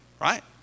right